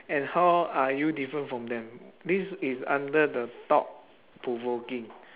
and how are you different from them this is under the thought-provoking